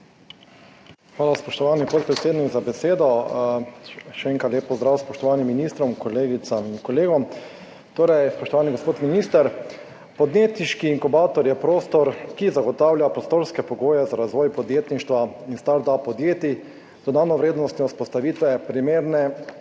Hvala, spoštovani podpredsednik, za besedo. Še enkrat lep pozdrav spoštovanim ministrom, kolegicam in kolegom! Spoštovani gospod minister, podjetniški inkubator je prostor, ki zagotavlja prostorske pogoje za razvoj podjetništva in startup podjetij, dodano vrednost in vzpostavitve primerne